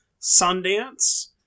Sundance